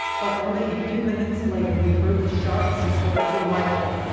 but only a few minutes later we heard the sharp report of a rifle,